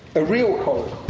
a real coracle